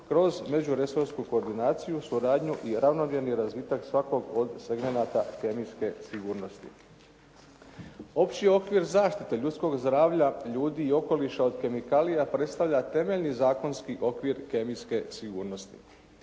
kroz međuresorsku koordinaciju, suradnju i ravnomjerni razvitak svakog od segmenata kemijske sigurnosti. Opći okvir zaštite ljudskog zdravlja ljudi i okoliša od kemikalija predstavlja temeljni zakonski okvir kemijske sigurnosti.